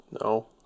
No